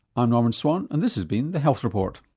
i'm norman swan and this has been the health report,